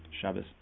Shabbos